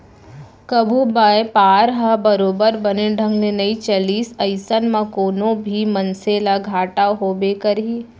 कभू बयपार ह बरोबर बने ढंग ले नइ चलिस अइसन म कोनो भी मनसे ल घाटा होबे करही